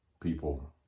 people